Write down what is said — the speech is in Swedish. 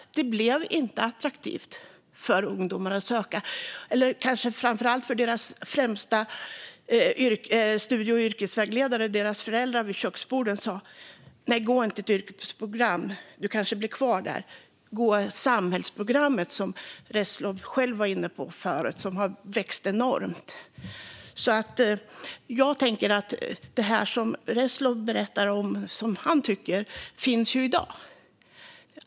Det blev inte attraktivt för ungdomarna att söka. Framför allt var det för att deras studie och yrkesvägledare samt deras föräldrar vid köksborden sa att de inte skulle gå ett yrkesprogram utan att de i stället skulle gå samhällsprogrammet. Reslow var själv inne på att programmet har vuxit enormt. Jag tänker att det här som Reslow berättar om och tycker, det finns ju i dag.